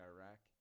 Iraq